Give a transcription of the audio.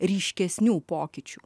ryškesnių pokyčių